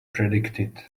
predicted